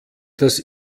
das